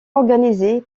organisé